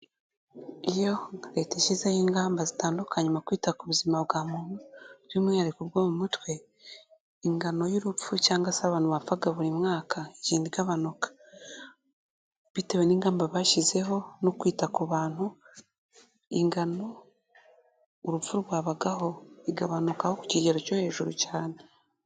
Iyo Leta ishyizeho ingamba zitandukanye mu kwita ku buzima bwa muntu by'umwihariko bwo mu mutwe, ingano y'urupfu cyangwa se abantu bapfaga buri mwaka, igenda igabanuka bitewe n'ingamba bashyizeho no kwita ku bantu, ingano urupfu rwabagaho igabanuka ku kigero cyo hejuru cyane.